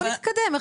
בוא נתקדם.